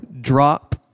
drop